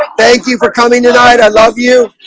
ah thank you for coming tonight. i love you.